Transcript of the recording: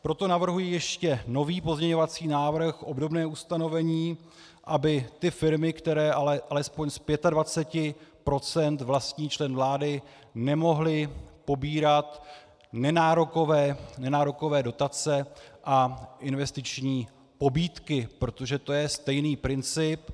Proto navrhuji ještě nový pozměňovací návrh, obdobné ustanovení, aby ty firmy, které alespoň z 25 % vlastní člen vlády, nemohly pobírat nenárokové dotace a investiční pobídky, protože to je stejný princip.